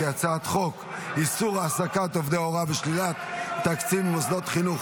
הצעת חוק איסור העסקת עובדי הוראה ושלילת תקציב ממוסדות חינוך